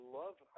love